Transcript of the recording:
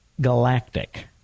Galactic